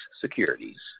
Securities